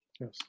Yes